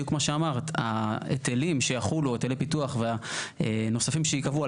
בדיוק כמו שאמרת: היטלי הפיתוח והנוספים שייקבעו,